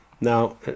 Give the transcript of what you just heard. now